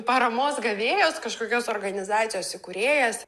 paramos gavėjas kažkokios organizacijos įkūrėjas